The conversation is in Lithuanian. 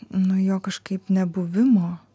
nu jo kažkaip nebuvimo